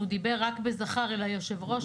שהוא דיבר רק בזכר אל היושב-ראש,